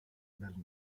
dal